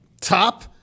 top